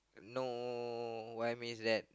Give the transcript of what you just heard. no what I means that